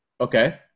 Okay